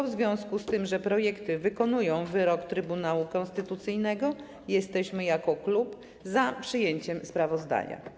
W związku z tym, że projekty wykonują wyrok Trybunału Konstytucyjnego, jesteśmy jako klub za przyjęciem sprawozdania.